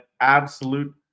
absolute